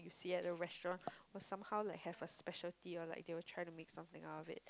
see at the restaurant will somehow like have a specialty or like they will try to make something out of it